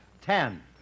Ten